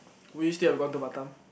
would you still have gone to Batam